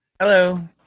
Hello